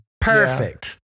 Perfect